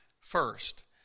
first